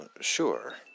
sure